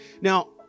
Now